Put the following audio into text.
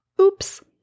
Oops